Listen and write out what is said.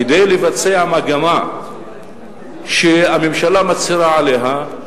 כדי לבצע מגמה שהממשלה מצהירה עליה,